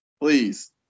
Please